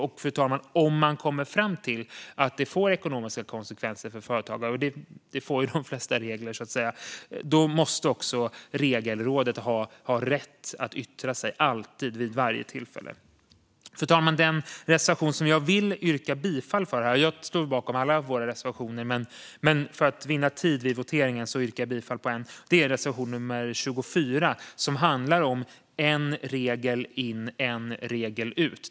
Och, fru talman, om man kommer fram till att det får ekonomiska konsekvenser för företagare, vilket de flesta regler får, måste Regelrådet ha rätt att yttra sig vid varje tillfälle. Jag står bakom alla våra reservationer, men för att vinna tid vid voteringen yrkar jag bifall bara till en, reservation nummer 24, som handlar om en regel in, en regel ut.